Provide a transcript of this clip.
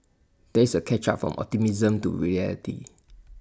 this A catch up from optimism to reality